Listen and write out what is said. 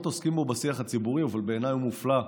עוסקים בו בשיח הציבורי אבל בעיניי הוא מופלא,